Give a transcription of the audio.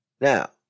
Now